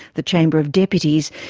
the chamber of deputies,